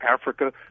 Africa